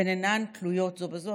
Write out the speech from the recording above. והן אינן תלויות זו בזו.